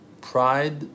pride